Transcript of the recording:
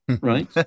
right